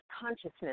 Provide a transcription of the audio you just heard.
consciousness